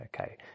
Okay